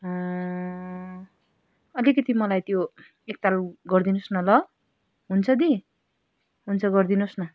अलिकति मलाई त्यो एकताल गरिदिनु होस् न ल हुन्छ दी हुन्छ गरिदिनु होस् न